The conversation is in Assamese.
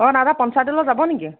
অঁ দাদা পঞ্চায়তলৈ যাব নেকি